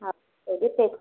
ହଁ